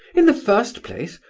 in the first place,